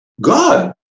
God